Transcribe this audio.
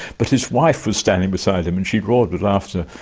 but his wife was standing beside him and she roared with laughter,